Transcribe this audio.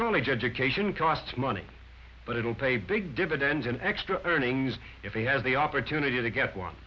college education costs money but it will pay big dividends in extra earnings if they have the opportunity to get one